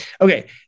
Okay